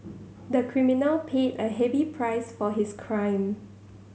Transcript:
the criminal paid a heavy price for his crime